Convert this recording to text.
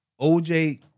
OJ